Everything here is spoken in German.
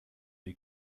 die